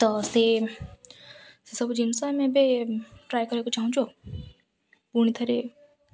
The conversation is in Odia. ତ ସେ ସେ ସବୁ ଜିନିଷ ଆମେ ଏବେ ଟ୍ରାଏ କରିବାକୁ ଚାହୁଁଛୁ ଆଉ ପୁଣିଥରେ